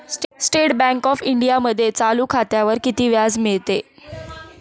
State bank of इंडियामध्ये चालू खात्यावर किती व्याज मिळते?